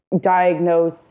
diagnose